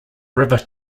river